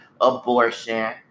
abortion